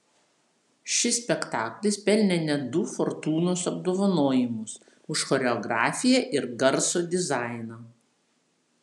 šis spektaklis pelnė net du fortūnos apdovanojimus už choreografiją ir garso dizainą